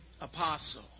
apostle